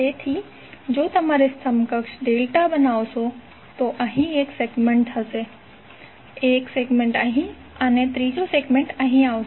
તેથી જો તમારે સમકક્ષ ડેલ્ટા બનાવવો હોય તો અહીં એક સેગમેન્ટ હશે એક સેગમેન્ટ અહીં અને ત્રીજો સેગમેન્ટ અહીં આવશે